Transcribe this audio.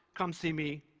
come see me.